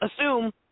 assume